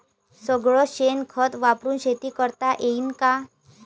सगळं शेन खत वापरुन शेती करता येईन का?